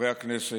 חברי הכנסת,